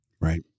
Right